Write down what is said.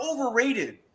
overrated